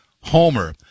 homer